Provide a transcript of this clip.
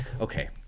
okay